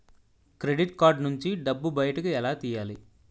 Credit card నుంచి డబ్బు బయటకు ఎలా తెయ్యలి?